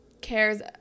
cares